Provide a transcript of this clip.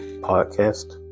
podcast